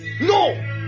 No